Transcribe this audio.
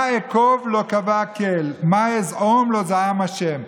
אקֹּב לא קבֹּה אל ומה אזעֹם לא זעם ה'".